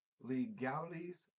legalities